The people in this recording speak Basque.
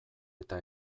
eta